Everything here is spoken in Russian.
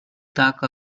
так